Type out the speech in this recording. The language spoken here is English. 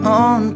on